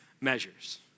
measures